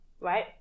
Right